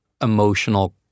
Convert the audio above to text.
emotional